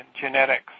genetics